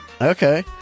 Okay